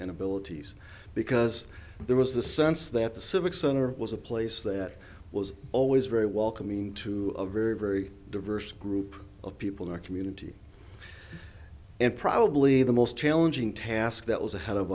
and abilities because there was the sense that the civic center was a place that was always very welcoming to a very very diverse group of people in our community and probably the most challenging task that was ahead of